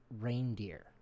reindeer